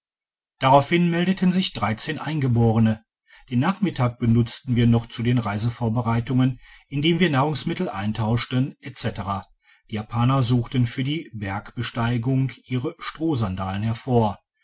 google meldeten sich eingeborene den nachmittag benutzten wir noch zu den reisevorbereitungen indem wir nahrungsmittel eintauschten etc die japaner suchten für die bergbesteigung ihre strohsandalen hervor